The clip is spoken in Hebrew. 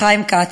חיים כץ: